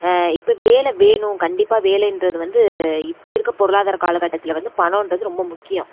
இப்போ வேலை வேணும் கண்டிப்பாக வேலைன்றது வந்து இப்போ இருக்கற பொருளாதார காலகட்டத்தில் வந்து பணன்றது ரொம்ப முக்கியம்